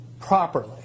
properly